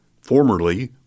Formerly